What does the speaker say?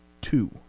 two